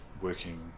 working